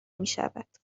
میشود